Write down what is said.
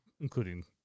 including